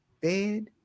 bed